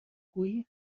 گویی